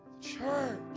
church